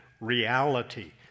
reality